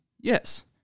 Yes